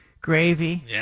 gravy